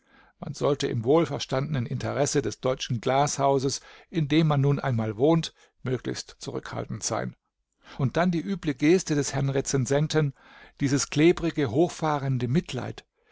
man sollte im wohlverstandenen interesse des deutschen glashauses in dem man nun einmal wohnt möglichst zurückhaltend sein und dann die üble geste des herrn rezensenten dieses klebrige hochfahrende mitleid